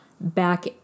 back